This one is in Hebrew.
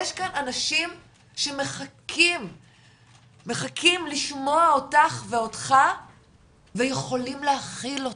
יש כאן אנשים שמחכים לשמוע אותך ויכולים להכיל אותך,